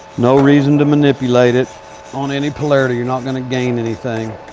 no reason to manipulate it on any polarity. you're not gonna gain anything.